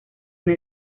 una